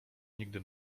nigdy